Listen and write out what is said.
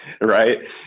Right